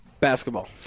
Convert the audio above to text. Basketball